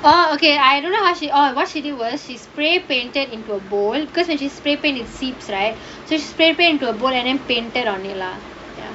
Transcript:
oh okay I don't know how she oh what she did was she spray painted into a bowl because when she spray paint it seeps right she spray paint into a bowl and then painted on it lah ya